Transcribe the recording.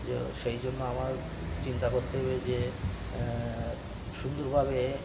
যে সেই জন্য আমার চিন্তা করতে হবে যে সুন্দরভাবে